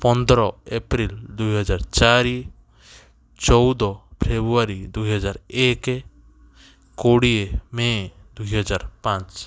ପନ୍ଦର ଏପ୍ରିଲ ଦୁଇ ହଜାର ଚାରି ଚଉଦ ଫେବୃଆରୀ ଦୁଇ ହଜାର ଏକ କୋଡ଼ିଏ ମେଁ ଦୁଇ ହଜାର ପାଞ୍ଚ